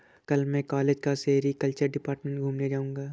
कल मैं कॉलेज का सेरीकल्चर डिपार्टमेंट घूमने जाऊंगा